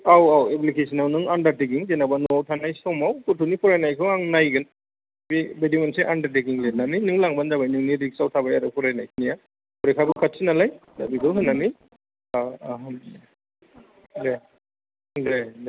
औ औ एप्लिकेसनाव नों आनदार टेकिं जेन'बा न'आव थानाय समाव गथ'नि फरायनायखौ आं नायगोन बे बायदि मोनसे आनदार टेकिं लिरनानै नों लांबानो जाबाय नोंनि रिक्स आव थाबाय आरो फरायनायनिया फरिखाबो खाथि नालाय दा बेखौ नायनानै औ औ दे दे दे